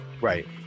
Right